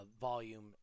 volume